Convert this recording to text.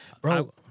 Bro